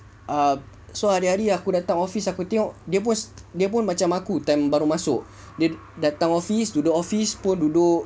ah so hari-hari aku datang office aku tengok dia pun dia pun macam aku time baru masuk dia datang office duduk office pun duduk